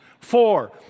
Four